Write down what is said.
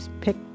pick